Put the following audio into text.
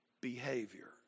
behavior